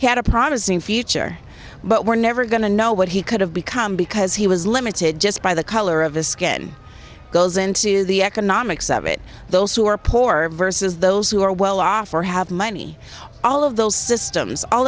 had a promising future but we're never going to know what he could have become because he was limited just by the color of his skin goes into the economics of it those who are poor versus those who are well off or have money all of those systems all